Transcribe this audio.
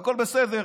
והכול בסדר.